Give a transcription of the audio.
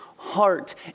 Heart